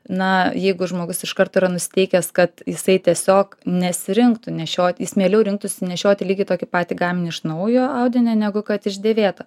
na jeigu žmogus iš karto yra nusiteikęs kad jisai tiesiog nesirinktų nešiot jis mieliau rinktųsi nešioti lygiai tokį patį gaminį iš naujo audinio negu kad iš dėvėto